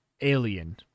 alien